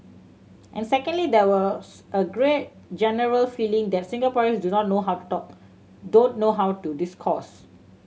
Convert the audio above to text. and secondly there was a green generals feeling that Singaporeans do not know how to talk don't know how to discourse